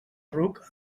ruc